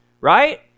right